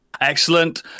Excellent